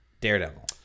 Daredevil